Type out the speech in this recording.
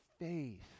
faith